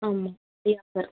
ஆமாம் free offer